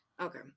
Okay